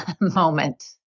moment